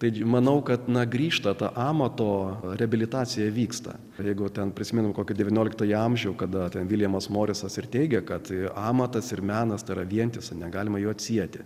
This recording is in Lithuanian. taigi manau kad na grįžta ta amato reabilitacija vyksta rygoje ten prisimenu kokį devynioliktąjį amžių kada viljamas morisas ir teigia kad amatas ir menas tampa vientisa negalima jų atsieti